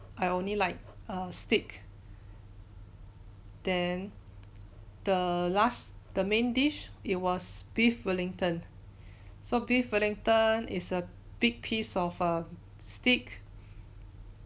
I only like err steak then the last the main dish it was beef wellington so beef wellington is a big piece of err steak